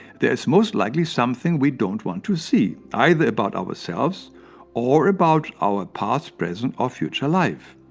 there is most likely something we don't want to see either about ourselves or about our past, present or future life.